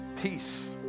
Peace